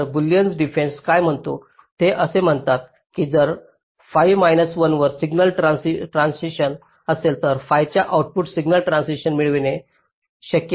तर Boolean difference काय म्हणतो ते असे म्हणतात की जर fi मैनास 1 वर सिग्नल ट्रान्सिशन असेल तर fi च्या आउटपुटवर सिग्नल ट्रान्झिशन मिळणे शक्य आहे का